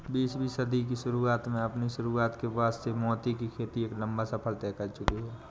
बीसवीं सदी की शुरुआत में अपनी शुरुआत के बाद से मोती की खेती एक लंबा सफर तय कर चुकी है